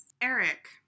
Eric